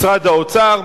משרד האוצר,